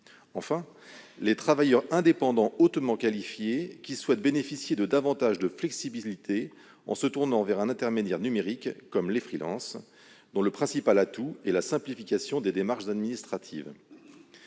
enfin, les travailleurs indépendants hautement qualifiés qui souhaitent bénéficier de davantage de flexibilité en se tournant vers un intermédiaire numérique, comme les, dont le principal atout est la simplification des démarches administratives.